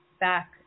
back